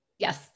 Yes